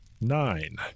Nine